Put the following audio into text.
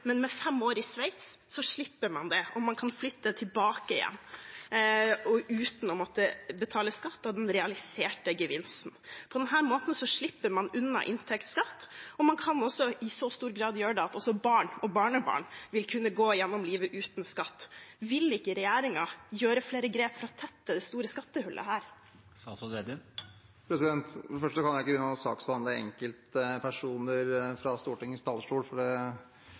Med fem år i Sveits slipper man det, og man kan flytte tilbake uten å måtte betale skatt av den realiserte gevinsten. På denne måten slipper man unna inntektsskatt, og man kan i stor grad gjøre det slik at også barn og barnebarn vil kunne gå gjennom livet uten skatt. Vil ikke regjeringen ta flere grep for å tette dette store skattehullet? For det første kan jeg ikke begynne å saksbehandle enkeltpersoner fra Stortingets talerstol. Heldigvis har vi ikke et system i Norge der vi diskuterer enkeltpersoners skatt, annet enn på et overskriftsmessig nivå – det